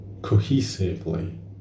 cohesively